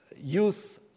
youth